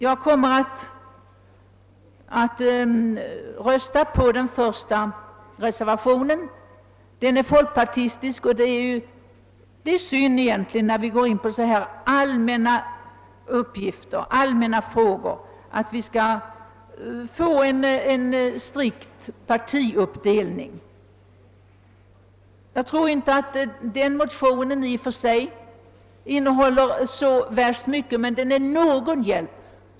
Jag kommer att rösta för reservation 1. Den är folkpartistisk, och det är egentligen synd, eftersom vi i sådana här allmänna frågor inte borde ha någon strikt partiuppdelning. Jag tror inte att den motion som reservationen bygger på innehåller så värst mycket, men det innebär ändå någon hjälp.